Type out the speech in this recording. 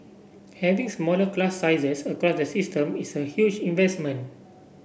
having smaller class sizes across the system is a huge investment